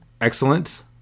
excellent